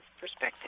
perspective